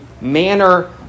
manner